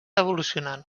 evolucionant